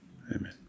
amen